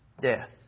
death